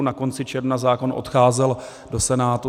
Na konci června zákon odcházel do Senátu.